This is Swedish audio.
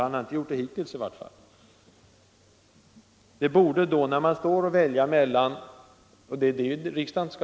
Han har åtminstone inte gjort det hittills.